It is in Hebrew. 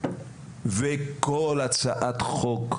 וכל הצעת חוק,